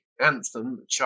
anthem